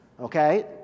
Okay